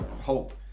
hope